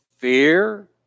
Fear